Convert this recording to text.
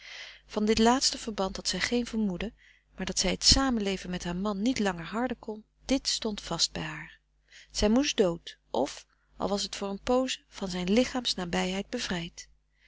van dit laatste verband had zij geen vermoeden maar dat zij het samenleven met haar man niet langer harden kon dit stond vast bij haar zij moest dood of al was t voor een pooze van zijn lichaams nabijheid bevrijd